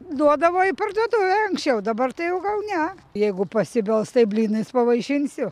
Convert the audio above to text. duodavo į parduotuvė anksčiau dabar tai jau gal ne jeigu pasibels tai blynais pavaišinsiu